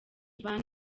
van